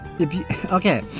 Okay